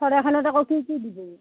শৰাইখনত আকৌ কি কি দিব